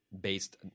based